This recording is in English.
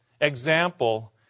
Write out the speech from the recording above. Example